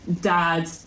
dad